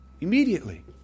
Immediately